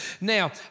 Now